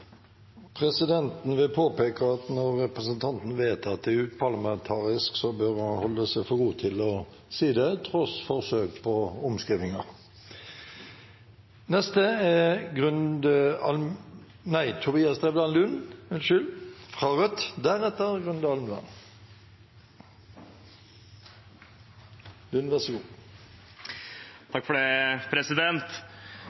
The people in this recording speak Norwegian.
Presidenten vil påpeke at når representanten vet at det er uparlamentarisk, bør man holde seg for god til å si det, tross forsøk på omskrivinger.